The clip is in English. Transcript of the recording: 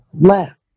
left